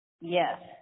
Yes